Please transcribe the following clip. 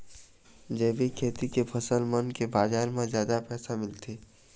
जैविक खेती के फसल मन के बाजार म जादा पैसा मिलथे